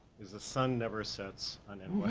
is the sun never sets on